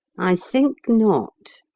i think not.